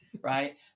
right